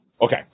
Okay